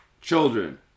children